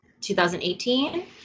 2018